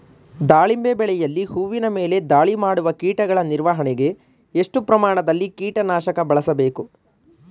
ದಾಳಿಂಬೆ ಬೆಳೆಯಲ್ಲಿ ಹೂವಿನ ಮೇಲೆ ದಾಳಿ ಮಾಡುವ ಕೀಟಗಳ ನಿರ್ವಹಣೆಗೆ, ಎಷ್ಟು ಪ್ರಮಾಣದಲ್ಲಿ ಕೀಟ ನಾಶಕ ಬಳಸಬೇಕು?